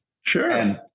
Sure